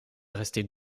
rester